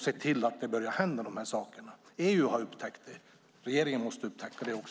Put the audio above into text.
Se till att det börjar hända något. EU har upptäckt det. Regeringen måste upptäcka det också.